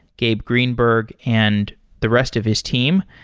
gabe greenberg, and the rest of his team.